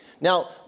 Now